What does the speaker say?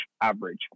average